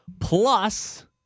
Plus